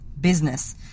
business